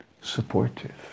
supportive